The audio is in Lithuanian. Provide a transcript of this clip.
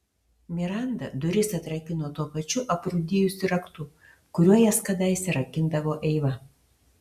miranda duris atrakino tuo pačiu aprūdijusiu raktu kuriuo jas kadaise rakindavo eiva